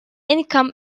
income